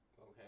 Okay